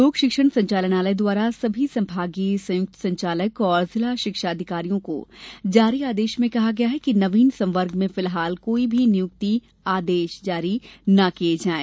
लोक शिक्षण संचालनालय द्वारा सभी संभागीय संयुक्त संचालक और जिला शिक्षा अधिकारियों को जारी आदेश में कहा गया है कि नवीन संवर्ग में फिलहाल कोई भी नियुक्ति आदेश जारी न किया जाये